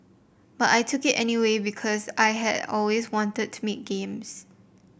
but I took it anyway because I had always wanted to make games